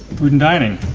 food and dining!